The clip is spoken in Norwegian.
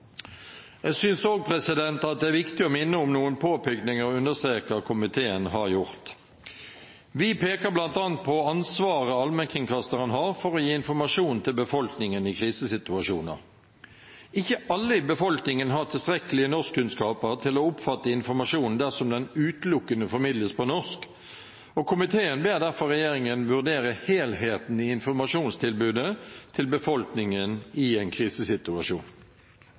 Jeg synes også det er viktig å minne om noen påpekninger og understrekninger komiteen har gjort. Vi peker bl.a. på ansvaret allmennkringkasteren har for å gi informasjon til befolkningen i krisesituasjoner. Ikke alle i befolkningen har tilstrekkelige norskkunnskaper til å oppfatte informasjon dersom den utelukkende formidles på norsk, og komiteen ber derfor regjeringen vurdere helheten i informasjonstilbudet til befolkningen i en krisesituasjon.